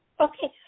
Okay